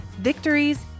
victories